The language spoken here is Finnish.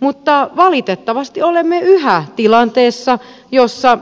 mutta valitettavasti olemme yhä tilanteessa jossa